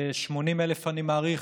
כ-80,000, אני מעריך,